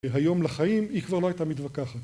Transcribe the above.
היום לחיים היא כבר לא הייתה מתווכחת